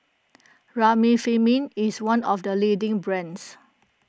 Remifemin is one of the leading brands